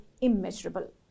immeasurable